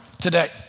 today